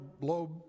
lobe